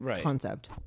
concept